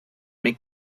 make